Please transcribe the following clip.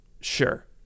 sure